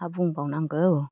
मा बुंबावनांगौ